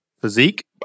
Physique